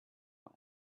for